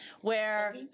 where-